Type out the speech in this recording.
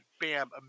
bam